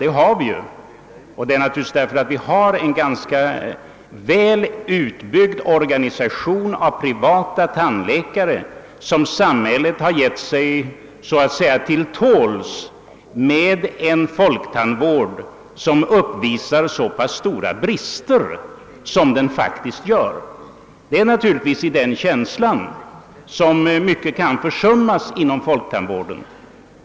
Det är naturligtvis på grund av att vi har en ganska väl utbyggd organisation av privata tandläkare som samhället slagit sig till ro med en folktandvård som uppvisar så pass stora brister som den faktiskt gör. Det är givetvis i förvissningen att tandvården fungerar med hjälp av privata tandläkare som samhället låter mycket försummas inom folktandvården.